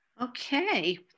Okay